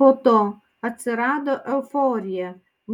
po to atsirado euforija